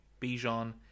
Bijan